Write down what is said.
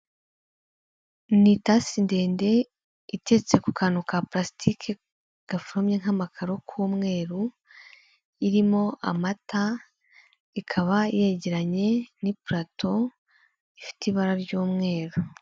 Ni itasi ndende iteretse ku kantu ka pulasitiki gafumye nk'amakaro, k'umweru, irimo amata, ikaba yegeranye n'ipulato ifite ibara ry'umweru.